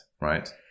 right